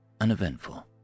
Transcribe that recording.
uneventful